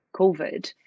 COVID